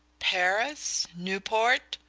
paris? newport?